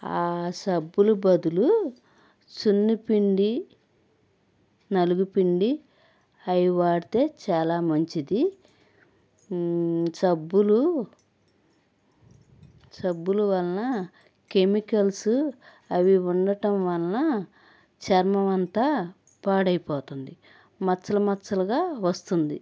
ఆ సబ్బులు బదులు సున్నిపిండి నలుగు పిండి అవి వాడితే చాలా మంచిది సబ్బులు సబ్బులు వలన కెమికల్స్ అవి ఉండటం వల్ల చర్మం అంతా పాడైపోతుంది మచ్చలు మచ్చలుగా వస్తుంది